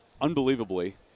unbelievably